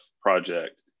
project